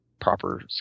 proper